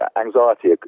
anxiety